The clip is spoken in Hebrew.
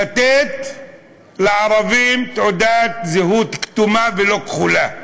לתת לערבים תעודת זהות כתומה, ולא כחולה.